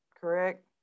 correct